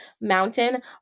Mountain